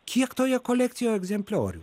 kiek toje kolekcijo egzempliorių